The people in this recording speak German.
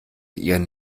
ihren